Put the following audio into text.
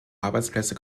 arbeitsplätze